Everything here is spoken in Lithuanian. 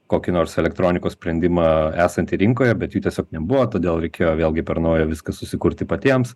kokį nors elektronikos sprendimą esantį rinkoje bet jų tiesiog nebuvo todėl reikėjo vėlgi per nauja viskas susikurti patiems